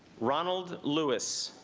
ronald louis